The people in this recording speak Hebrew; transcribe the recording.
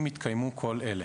אם התקיימו כל אלה: